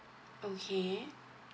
okay